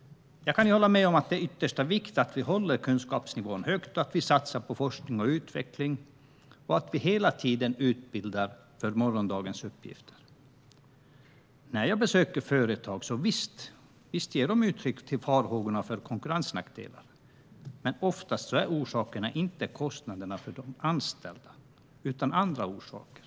Jag kan hålla med om att det är av yttersta vikt att vi håller kunskapsnivån högt, att vi satsar på forskning och utveckling och att vi hela tiden utbildar för morgondagens uppgifter. Visst, när jag besöker företag får jag ofta höra att de ger uttryck för farhågorna för konkurrensnackdelar, men oftast är problemet inte kostnaderna för de anställda, utan det handlar om andra orsaker.